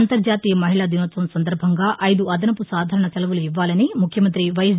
అంతర్జాతీయ మహిళా దినోత్సవం సందర్బంగా ఐదు అదనపు సాధారణ సెలవులు ఇవ్వాలని ముఖ్యమంత్రి వైఎస్